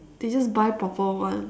they just buy proper ones